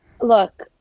look